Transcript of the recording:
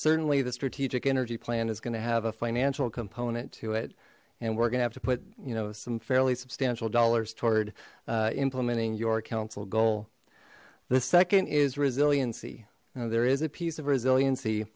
certainly the strategic energy plan is going to have a financial component to it and we're gonna have to put you know some fairly substantial dollars toward implementing your council goal the second is resiliency there is a piece of resilienc